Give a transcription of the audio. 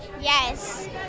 Yes